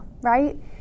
right